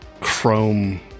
chrome